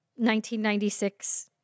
1996